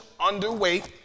underweight